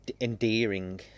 endearing